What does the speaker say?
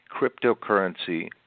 cryptocurrency